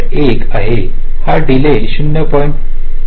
1 आहे हा डीले 0